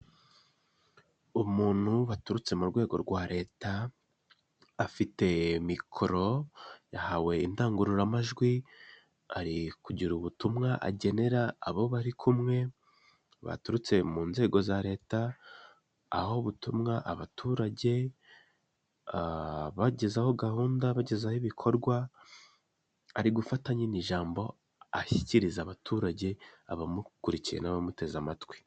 Umuntu baturutse mu rwego rwa leta afite mikoro yahawe indangururamajwi ari kugira ubutumwa agenera abo bari kumwe baturutse mu nzego za leta, aho ubutumwa abaturage abagezeho gahunda, abagezaho ibikorwa ari gufata nyine ijambo ashyikiriza abaturage abamukurikiye n'abamuteze amatwi.